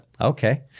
Okay